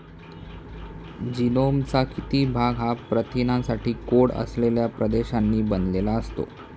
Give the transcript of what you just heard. जीनोमचा किती भाग हा प्रथिनांसाठी कोड असलेल्या प्रदेशांनी बनलेला असतो?